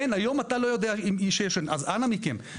אז אנא מכם,